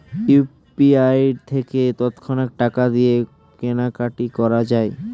UPI থেকে তৎক্ষণাৎ টাকা দিয়ে কেনাকাটি করা যায়